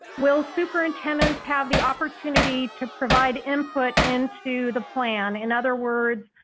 will superintendents have the opportunity to provide input into the plan? in other words,